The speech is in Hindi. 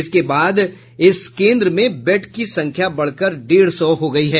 इसके बाद इस केन्द्र में बेड की संख्या बढ़कर डेढ़ सौ हो गयी है